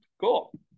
cool